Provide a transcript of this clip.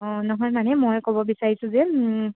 অঁ নহয় মানে মই ক'ব বিচাৰিছোঁ যে